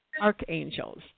archangels